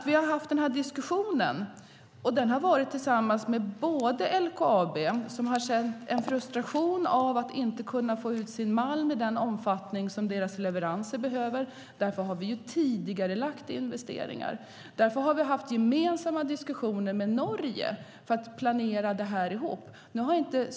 Vi har haft denna diskussion tillsammans med LKAB, som har känt en frustration över att inte kunna få ut sina leveranser av malm i den omfattning som behövs. Därför har vi tidigarelagt investeringar. Därför har vi haft gemensamma diskussioner med Norge för att planera detta ihop.